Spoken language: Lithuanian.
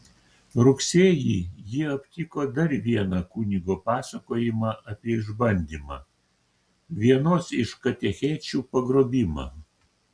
rugsėjį ji aptiko dar vieną kunigo pasakojimą apie išbandymą vienos iš katechečių pagrobimą